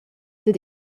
dad